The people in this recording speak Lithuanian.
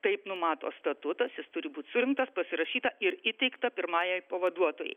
taip numato statutas jis turi būt surinktas pasirašyta ir įteikta pirmajai pavaduotojai